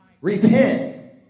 Repent